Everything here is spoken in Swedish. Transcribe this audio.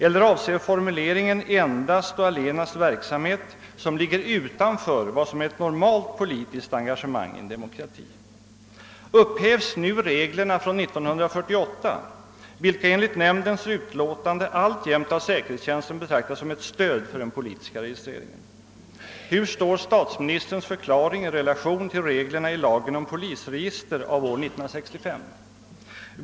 Eller avser formuleringen endast och allenast verksamhet, som ligger utanför vad som är ett normalt politiskt engagemang i en demokrati? Upphävs nu reglerna från 1948, vilka enligt nämndens utlåtande alltjämt av säkerhetstjänsten betraktas som ett stöd för den politiska registreringen? Hur står statsministerns förklaring i relation till reglerna i lagen om polisregister av år 1965?